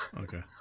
Okay